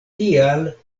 tial